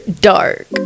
Dark